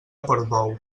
portbou